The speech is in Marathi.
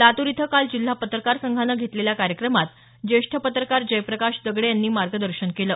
लातूर इथं काल जिल्हा पत्रकार संघानं घेतलेल्या कार्यक्रमात ज्येष्ठ पत्रकार जयप्रकाश दगडे यांनी मार्गदर्शन केलं